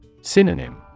Synonym